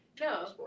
No